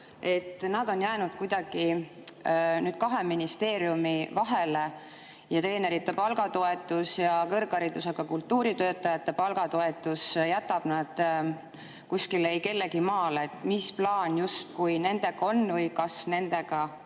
Nad on jäänud kuidagi kahe ministeeriumi vahele ning treenerite palgatoetus ja kõrgharidusega kultuuritöötajate palgatoetus jätab nad kuskile eikellegimaale. Mis plaan nendega on või kas üldse